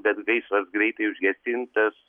bet gaisras greitai užgesintas